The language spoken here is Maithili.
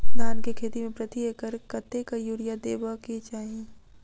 धान केँ खेती मे प्रति एकड़ कतेक यूरिया देब केँ चाहि?